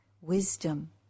wisdom